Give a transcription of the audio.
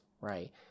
right